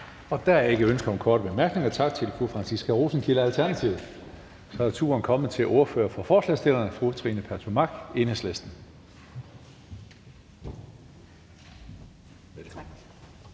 Der er ikke ønske om korte bemærkninger. Tak til Fru Franciska Rosenkilde, Alternativet. Så er turen kommet til ordføreren for forslagsstillerne, fru Trine Pertou Mach, Enhedslisten.